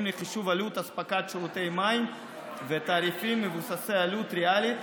לחישוב עלות אספקת שירותי מים ותעריפים מבוססי עלות ריאלית